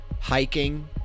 hiking